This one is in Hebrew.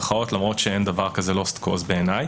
למרות שאין דבר כזה lost cause בעיניי.